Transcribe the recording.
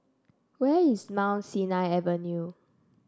where is Mount Sinai Avenue